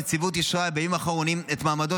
הנציבות אישרה בימים האחרונים את מעמדו